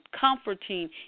comforting